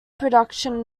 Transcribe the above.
production